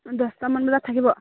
অঁ দহটামান বজাত থাকিব